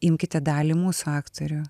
imkite dalį mūsų aktorių